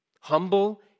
Humble